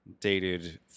dated